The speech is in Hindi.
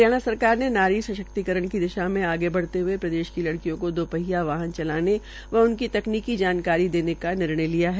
हरियाणा सरकार ने नारी सशक्तिकरण की दिशा में आगे बढ़ते प्रदेश में लड़कियों को दो पहिया वाहन चलाने व उनकी तकनीकी जानकारी देने का निर्णय निर्णय लिया है